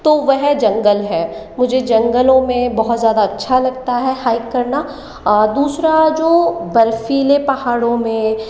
तो वह जंगल है मुझे जंगलों में बहुत ज़्यादा अच्छा लगता है हाइक करना दूसरा जो बर्फ़ीले पहाड़ों में